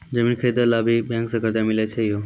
जमीन खरीदे ला भी बैंक से कर्जा मिले छै यो?